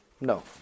No